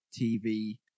tv